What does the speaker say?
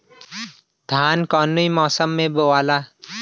धान कौने मौसम मे बोआला?